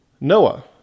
Noah